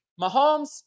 Mahomes